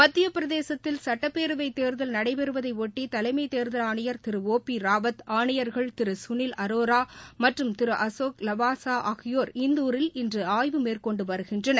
மத்திய பிரதேசத்தில் சட்டப்பேரவைத் தேர்தல் நடைபெறுவதையொட்டி தலைமை தேர்தல் ஆணையா் திரு ஒ பி ராவத் ஆணையா்கள் திரு சுனில் அரோரா மற்றும் திரு அசோக் லவாசா இந்துரில் இன்று ஆய்வு மேற்கொண்டு வருகின்றனர்